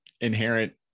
inherent